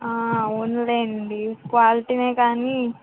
అవునులేండి క్వాలిటీ నే కానీ